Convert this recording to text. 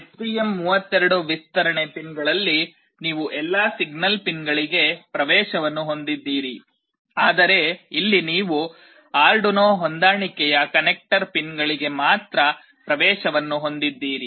STM 32 ವಿಸ್ತರಣೆ ಪಿನ್ಗಳಲ್ಲಿ ನೀವು ಎಲ್ಲಾ ಸಿಗ್ನಲ್ ಪಿನ್ಗಳಿಗೆ ಪ್ರವೇಶವನ್ನು ಹೊಂದಿದ್ದೀರಿ ಆದರೆ ಇಲ್ಲಿ ನೀವು ಆರ್ಡುನೊ ಹೊಂದಾಣಿಕೆಯ ಕನೆಕ್ಟರ್ ಪಿನ್ಗಳಿಗೆ ಮಾತ್ರ ಪ್ರವೇಶವನ್ನು ಹೊಂದಿದ್ದೀರಿ